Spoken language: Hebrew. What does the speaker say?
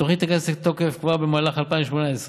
התוכנית תיכנס לתוקף כבר במהלך שנת 2018,